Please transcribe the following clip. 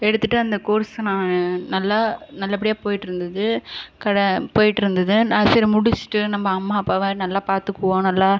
எடுத்துட்டு அந்த கோர்ஸை நான் நல்லா நல்லபடியாக போயிட்டு இருந்தது போயிட்டு இருந்தது நான் சரி முடித்துட்டு நம்ம அம்மா அப்பாவை நல்லா பார்த்துக்குவோம் நல்லா